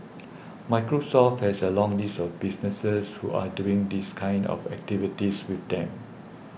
Microsoft has a long list of businesses who are doing these kind of activities with them